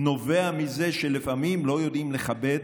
נובע מזה שלפעמים לא יודעים לכבד,